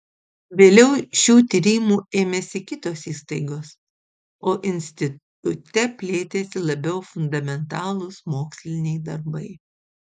vėliau šių tyrimų ėmėsi kitos įstaigos o institute plėtėsi labiau fundamentalūs moksliniai darbai